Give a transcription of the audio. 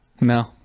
No